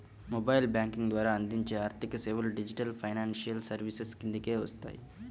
mobile banking ద్వారా అందించే ఆర్థికసేవలు డిజిటల్ ఫైనాన్షియల్ సర్వీసెస్ కిందకే వస్తాయి